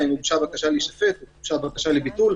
האם הוגשה בקשה להישפט או הוגשה בקשה לביטול.